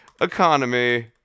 economy